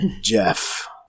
Jeff